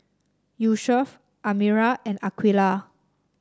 Yusuf Amirah and Aqilah